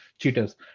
Cheaters